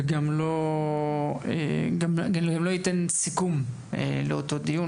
וגם לא אתן סיכום לאותו דיון.